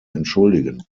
entschuldigen